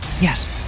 Yes